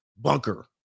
bunker